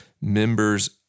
members